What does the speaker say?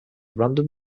random